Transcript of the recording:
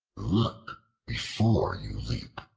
look before you leap.